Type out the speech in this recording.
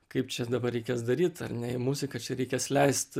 kaip čia dabar reikės daryt ar ne į muziką čia reikės leist